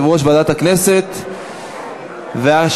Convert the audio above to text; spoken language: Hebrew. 54 בעד, 22 מתנגדים, אין נמנעים.